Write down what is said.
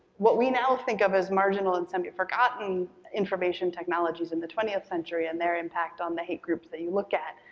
what we now think of as marginal and semi-forgotten information technologies in the twentieth century and their impact on the hate groups that you look at.